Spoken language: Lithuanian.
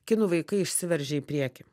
kinų vaikai išsiveržia į priekį